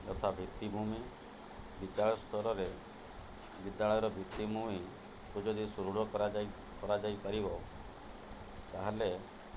ଯଥା ଭିତ୍ତିଭୂମି ବିଦ୍ୟାଳୟ ସ୍ତରରେ ବିଦ୍ୟାଳୟର ଭିତ୍ତିଭୂମିକୁ ଯଦି କରାଯାଇ କରାଯାଇପାରିବ ତା'ହେଲେ